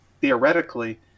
theoretically